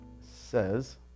says